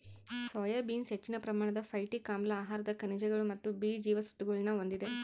soya beans ಹೆಚ್ಚಿನ ಪ್ರಮಾಣದ phytic ಆಮ್ಲ ಆಹಾರದ ಖನಿಜಗಳು ಮತ್ತು ಬಿ ಜೀವಸತ್ವಗುಳ್ನ ಹೊಂದಿದೆ